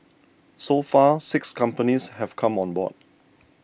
so far six companies have come on board